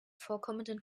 vorkommenden